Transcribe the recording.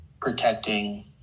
protecting